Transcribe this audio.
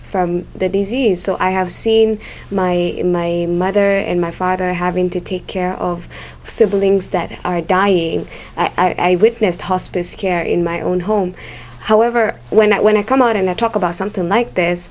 from the disease so i have seen my my mother and my father having to take care of siblings that are dying as a witness to hospice care in my own home however when i when i come out and talk about something like this